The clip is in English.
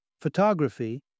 Photography